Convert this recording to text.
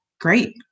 great